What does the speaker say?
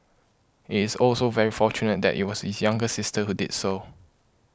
it is also very fortunate that it was his younger sister who did so